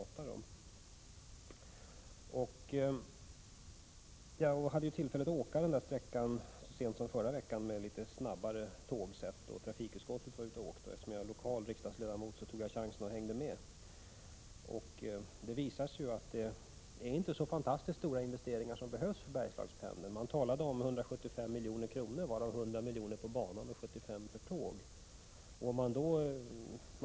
Jag hade så sent som förra veckan tillfälle att åka den här sträckan med ett litet snabbare tågset då trafikutskottet var ute och åkte — eftersom jag är lokal riksdagsledamot tog jag chansen och följde med. Det visar sig att det inte är så fantastiskt stora investeringar som behövs för ”Bergslagspendeln”. Man talade om 175 miljoner, varav 100 miljoner på banan och 75 för tåg.